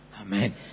Amen